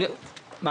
יש לך שאלות?